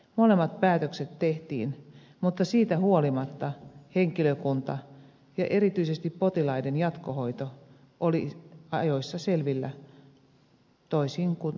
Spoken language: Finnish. molemmat päätökset tehtiin mutta siitä huolimatta henkilökunta ja erityisesti potilaiden jatkohoito oli ajoissa selvillä toisin kuin nyt